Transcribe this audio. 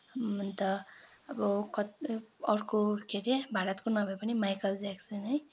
अन्त अब कति अर्को के अरे भारतको नभए पनि माइकेल ज्याक्सन है